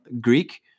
Greek